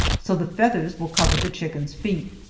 so the feathers will cover the chickens' feet,